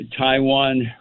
Taiwan